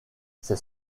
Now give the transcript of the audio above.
ces